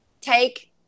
take